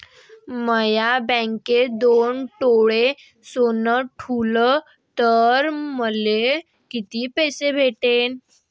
म्या बँकेत दोन तोळे सोनं ठुलं तर मले किती पैसे भेटन